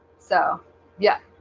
so yeah,